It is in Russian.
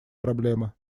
проблемы